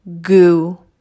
goo